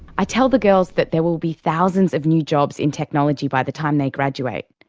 i tell the girls that there will be thousands of new jobs in technology by the time they graduate,